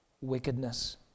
wickedness